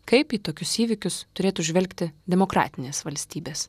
kaip į tokius įvykius turėtų žvelgti demokratinės valstybės